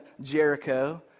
Jericho